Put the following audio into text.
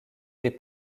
est